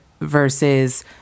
versus